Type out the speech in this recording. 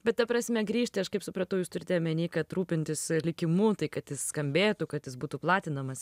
bet ta prasme grįžti aš kaip supratau jūs turite omeny kad rūpintis likimu tai kad jis skambėtų kad jis būtų platinamas